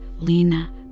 Lena